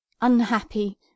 unhappy